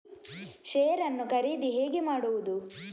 Share ನ್ನು ಖರೀದಿ ಹೇಗೆ ಮಾಡುವುದು?